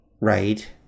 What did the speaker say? right